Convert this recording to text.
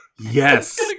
yes